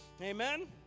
Amen